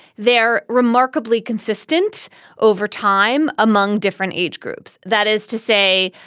they're remarkably consistent over time among different age groups. that is to say,